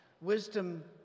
Wisdom